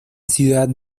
ciudad